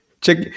Check